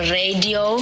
radio